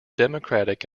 democratic